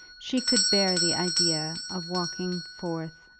she could bear the idea of walking forth,